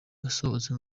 asohotse